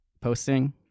posting